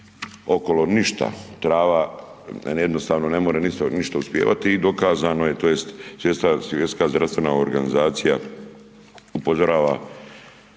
okolo ništa, trava jednostavno ne more ništa uspijevati. I dokazano je tj. Svjetska zdravstvena organizacija upozorava